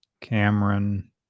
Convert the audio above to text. Cameron